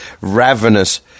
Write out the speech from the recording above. ravenous